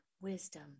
wisdom